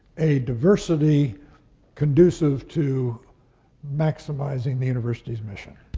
a diversity conducive to maximizing the university's mission.